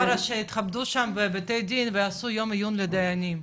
ושיתכבדו שם בבתי הדין ויעשו יום עיון לדיינים.